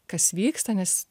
kas vyksta nes